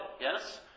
Yes